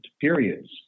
periods